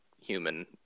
human